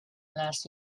last